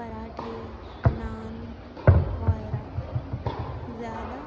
پراٹھے نان وغیرہ زیادہ